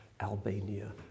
Albania